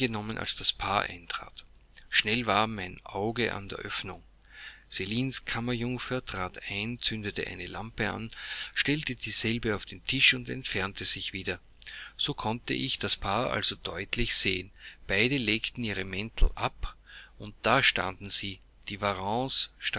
als das paar eintrat schnell war mein auge an der öffnung celine's kammerjungfer trat ein zündete eine lampe an stellte dieselbe auf den tisch und entfernte sich wieder so konnte ich das paar also deutlich sehen beide legten ihre mäntel ab und da stand sie die